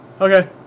Okay